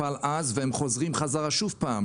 טופל אז והם חוזרים חזרה עוד פעם.